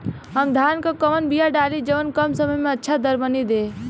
हम धान क कवन बिया डाली जवन कम समय में अच्छा दरमनी दे?